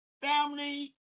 family